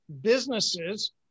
businesses